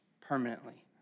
permanently